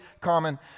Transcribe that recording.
common